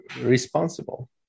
responsible